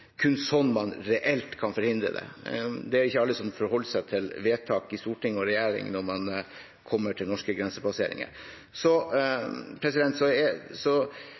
kun slik man reelt kan forhindre det. Det er ikke alle som forholder seg til vedtak i Stortinget og regjeringen når man kommer til norske grensepasseringer. Så